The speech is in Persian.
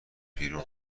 بیرون